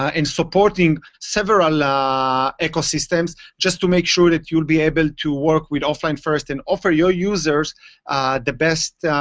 ah in supporting several ah ecosystems, just to make sure that you'll be able to work with offline first and offer your users the best